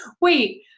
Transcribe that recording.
Wait